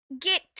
get